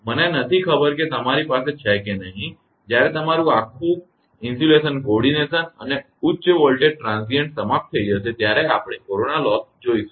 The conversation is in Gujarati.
મને ખબર નથી કે તમારી પાસે છે કે નહીં જ્યારે આખું તમારું ઇન્સુલેશન કોર્ડિનેશન અને આ ઉચ્ચ વોલ્ટેજ ટ્રાંઝિઇન્ટ સમાપ્ત થઈ જશે ત્યારે આપણે કોરોના લોસ લઈશું